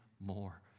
more